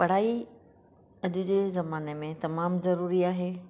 पढ़ाइ अॼु जे ज़माने में तमामु जरुरी आहे